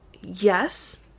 yes